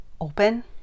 open